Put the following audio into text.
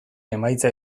emaitza